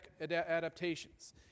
adaptations